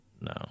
No